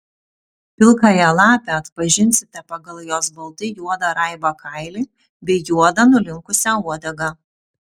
pilkąją lapę atpažinsite pagal jos baltai juodą raibą kailį bei juodą nulinkusią uodegą